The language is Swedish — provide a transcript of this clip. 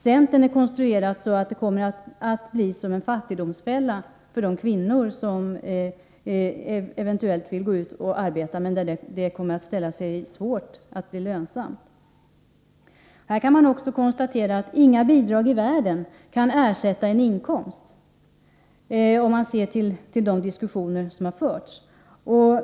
Centerns förslag är konstruerat så, att det kommer att bli en fattigdomsfälla för de kvinnor som eventuellt vill gå ut och arbeta. Men det kommer att ställa sig svårt att få det lönsamt med ett arbete. Med tanke på de diskussioner som förts kan man konstatera att inga bidrag i världen kan ersätta en inkomst.